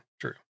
True